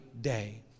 day